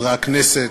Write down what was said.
חברי הכנסת,